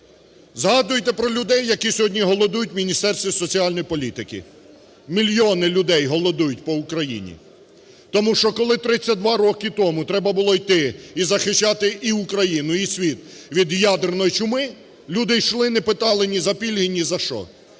Згадуйте про людей, які сьогодні голодують у Міністерстві соціальної політики, мільйони людей голодують по Україні. Тому що коли 32 роки тому треба було йти і захищати, і Україну, і світ від ядерної чуми, люди йшли - не питали ні за пільги, нізащо.